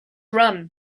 run